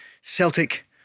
Celtic